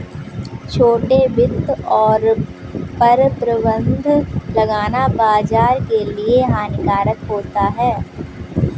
छोटे वित्त पर प्रतिबन्ध लगाना बाज़ार के लिए हानिकारक होता है